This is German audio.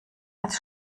als